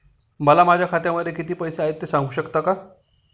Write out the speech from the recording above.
मला माझ्या खात्यामध्ये किती पैसे आहेत ते सांगू शकता का?